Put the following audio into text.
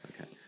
Okay